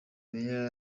mayor